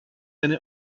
eine